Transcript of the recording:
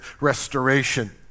restoration